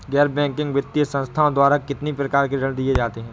गैर बैंकिंग वित्तीय संस्थाओं द्वारा कितनी प्रकार के ऋण दिए जाते हैं?